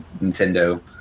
Nintendo